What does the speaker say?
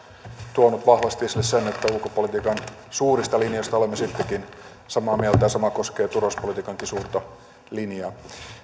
tuonut vahvasti esille sen että ulkopolitiikan suurista linjoista olemme sittenkin samaa mieltä ja sama koskee turvallisuuspolitiikankin suurta linjaa